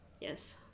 Yes